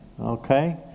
okay